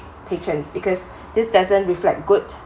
patrons because this doesn't reflect good